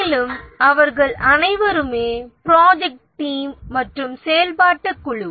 மேலும் அவர்கள் அனைவருமே ப்ராஜெக்ட் டீம் மற்றும் செயல்பாட்டுக் குழு